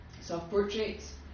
self-portraits